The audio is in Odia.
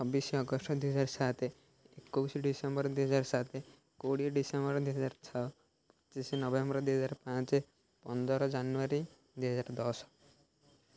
ଛବିଶି ଅଗଷ୍ଟ ଦୁଇ ହଜାର ସାତ ଏକୋଇଶି ଡ଼ିସେମ୍ବର ଦୁଇ ହଜାର ସାତ କୋଡ଼ିଏ ଡ଼ିସେମ୍ବର ଦୁଇହଜାର ଛଅ ପଚିଶି ନଭେମ୍ବର ଦୁଇ ହଜାର ପାଞ୍ଚ ପନ୍ଦର ଜାନୁଆରୀ ଦୁଇ ହଜାର ଦଶ